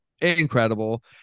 Incredible